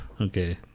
okay